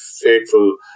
faithful